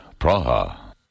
Praha